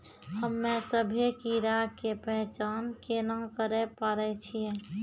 हम्मे सभ्भे कीड़ा के पहचान केना करे पाड़ै छियै?